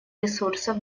ресурсов